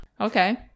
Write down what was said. Okay